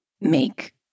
make